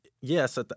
yes